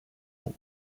ans